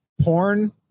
Porn